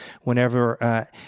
whenever